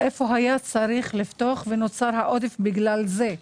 איפה היה צריך לפתוח ונוצר בגלל זה העודף?